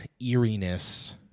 eeriness